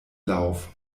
lauf